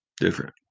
Different